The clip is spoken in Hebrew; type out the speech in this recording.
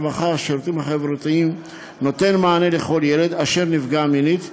הרווחה והשירותים החברתיים נותן מענה לכל ילד אשר נפגע מינית.